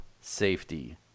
safety